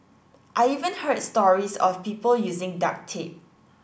I even heard stories of people using duct tape